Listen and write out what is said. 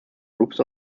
groups